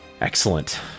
Excellent